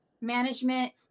management